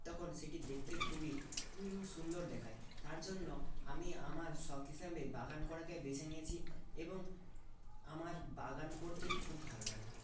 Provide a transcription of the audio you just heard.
তখন সেটি দেখতে খুবই সুন্দর দেখায় তার জন্য আমি আমার শখ হিসাবে বাগান করাকে বেছে নিয়েছি এবং আমার বাগান করতেই খুব ভালো লাগে